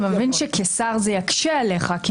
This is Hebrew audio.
אתה מבין שכשר זה יקשה עליך -- אני לא שר.